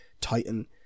Titan